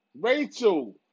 Rachel